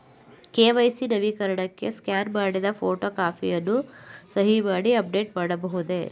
KYC ನವೀಕರಣಕ್ಕೆ scan ಮಾಡಿದ photo ಕಾಪಿಯನ್ನು ಸಹಿ ಮಾಡಿ ಅಪ್ಲೋಡ್ ಮಾಡಬಹುದೇ?